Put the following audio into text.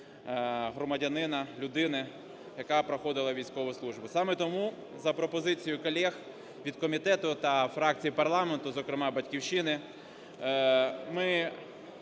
громадянина, людини, яка проходила військову службу. Саме тому за пропозицією колег від комітету та фракцій парламенту, зокрема "Батьківщини", ми